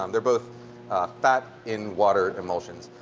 um they're both fat in water emotions.